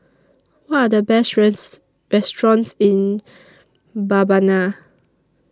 What Are The Best restaurants in Mbabana